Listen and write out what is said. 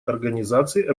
организации